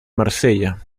marsella